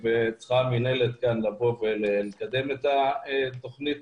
כאן צריכה המינהלת לבוא ולקדם את התכנית